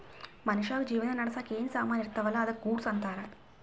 ಮನ್ಶ್ಯಾಗ್ ಜೀವನ ನಡ್ಸಾಕ್ ಏನ್ ಸಾಮಾನ್ ಇರ್ತಾವ ಅಲ್ಲಾ ಅದ್ದುಕ ಗೂಡ್ಸ್ ಅಂತಾರ್